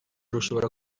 rushobora